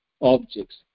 objects